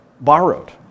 borrowed